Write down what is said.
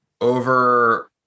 over